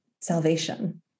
salvation